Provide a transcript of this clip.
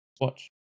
watch